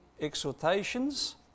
exhortations